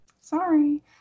Sorry